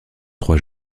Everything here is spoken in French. trois